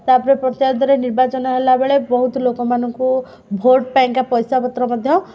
ତା'ପରେ ପଞ୍ଚାୟତରେ ନିର୍ବାଚନ ହେଲାବେଳେ ବହୁତ ଲୋକ ମାନଙ୍କୁ ଭୋଟ ପାଇଁକା ପଇସା ପତ୍ର ମଧ୍ୟ